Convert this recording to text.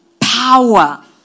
power